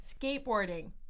skateboarding